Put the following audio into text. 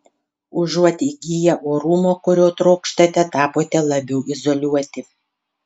užuot įgiję orumo kurio trokštate tapote labiau izoliuoti